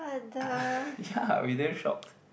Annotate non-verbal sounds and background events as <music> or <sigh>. <laughs> ya we damn shocked